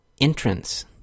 entrance